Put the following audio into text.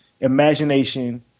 imagination